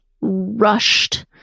rushed